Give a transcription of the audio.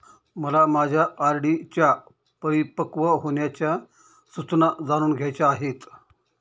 मला माझ्या R D परिपक्व होण्याच्या सूचना जाणून घ्यायच्या आहेत